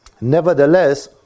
Nevertheless